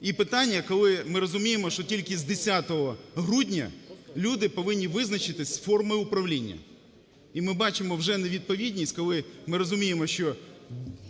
і питання, коли ми розуміємо, що тільки з 10 грудня люди повинні визначитись з формою управління. І ми бачимо вже невідповідність, коли ми розуміємо, що